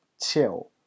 chill